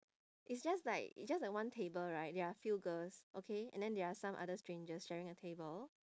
it's just like it's just like one table right there are a few girls okay and then there are some other strangers sharing the table